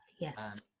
Yes